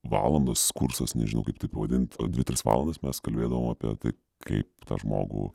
valandos kursas nežinau kaip tai pavadint o dvi tris valandas mes kalbėdavom apie tai kaip tą žmogų